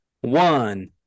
one